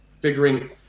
figuring